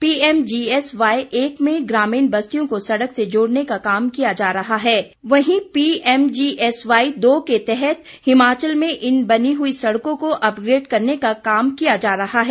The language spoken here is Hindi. पीएमजीएसवाई एक में ग्रामीण बस्तियों को सड़क से जोड़ने का काम किया जा रहा है वहीं पीएमजीएसवाई दो के तहत हिमाचल में इन बनी हुई सड़कों को अपग्रेड करने का काम किया जा रहा है